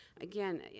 Again